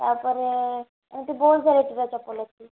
ତା'ପରେ ଏମିତି ବହୁତ ଭେରାଇଟିର ଚପଲ ଅଛି